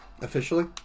Officially